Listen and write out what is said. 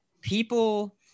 people